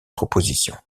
proposition